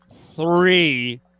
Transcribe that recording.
three